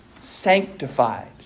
sanctified